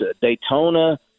Daytona